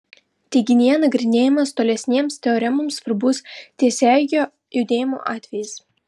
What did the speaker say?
teiginyje nagrinėjamas tolesnėms teoremoms svarbus tiesiaeigio judėjimo atvejis